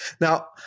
Now